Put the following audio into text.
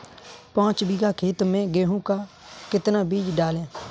पाँच बीघा खेत में गेहूँ का कितना बीज डालें?